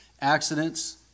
Accidents